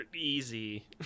easy